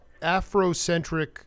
Afrocentric